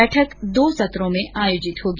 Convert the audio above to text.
बैठक दो सत्रों में आयोजित होगी